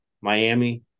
Miami